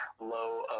low